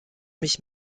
mich